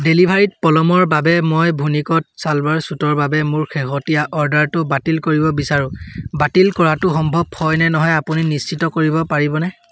ডেলিভাৰীত পলমৰ বাবে মই ভুনিকত ছালৱাৰ ছুটৰ বাবে মোৰ শেহতীয়া অৰ্ডাৰটো বাতিল কৰিব বিচাৰো বাতিল কৰাটো সম্ভৱ হয় নে নহয় আপুনি নিশ্চিত কৰিব পাৰিবনে